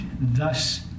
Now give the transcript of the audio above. thus